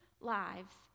lives